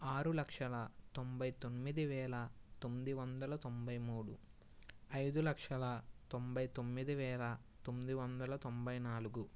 ఆరు లక్షల తొంభై తొమ్మిది వేల తొమ్మిది వందల తొంభై మూడు ఐదు లక్షల తొంభై తొమ్మిది వేల తొమ్మిది వందల తొంభై నాలుగు